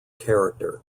character